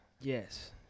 Yes